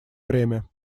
время